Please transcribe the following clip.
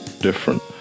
different